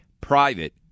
private